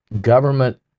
government